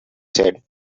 said